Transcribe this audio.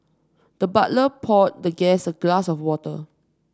the butler poured the guest a glass of water